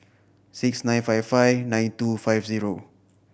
six nine five five nine two five zero